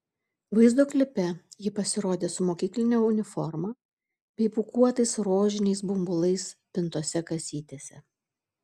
vaizdo klipe ji pasirodė su mokykline uniforma bei pūkuotais rožiniais bumbulais pintose kasytėse